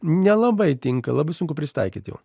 nelabai tinka labai sunku prisitaikyt jau